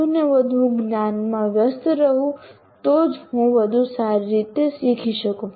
વધુ ને વધુ હું જ્ઞાન માં વ્યસ્ત રહું તો જ હું વધુ સારી રીતે શીખી શકું